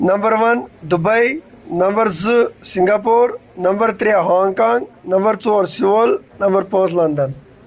number one Dubai number زٕ Singapore number ترٛےٚ Hong Kong number ژور سیول نمبر پانٛژھ لَندَن